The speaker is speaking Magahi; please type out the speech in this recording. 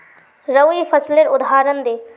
रवि फसलेर उदहारण दे?